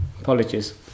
Apologies